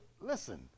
listen